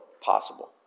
possible